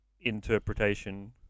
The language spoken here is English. interpretation